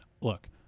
look